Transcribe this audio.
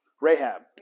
Rahab